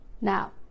now